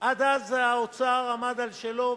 עד אז האוצר עמד על שלו,